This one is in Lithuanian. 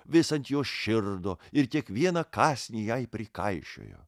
vis ant jos širdo ir kiekvieną kąsnį jai prikaišiojo